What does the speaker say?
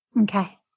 Okay